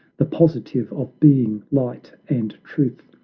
the positive of being, light and truth,